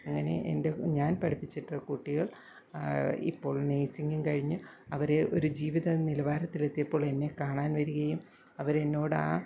അങ്ങനെ എൻ്റെ ഞാൻ പഠിപ്പിച്ച കുട്ടികൾ ഇപ്പോൾ നേ ഴ്സിങ്ങും കഴിഞ്ഞ് അവർ ഒരു ജീവിതനിലവാരത്തിലെത്തിയപ്പോളെന്നെ കാണാൻ വരികയും അവരെന്നോട് ആ